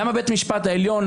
למה בית המשפט העליון,